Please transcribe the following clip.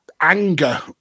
anger